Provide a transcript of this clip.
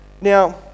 Now